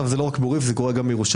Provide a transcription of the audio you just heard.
זה לא רק עוריף, זה קורה גם בירושלים.